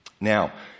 Now